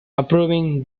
approving